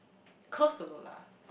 close to Lola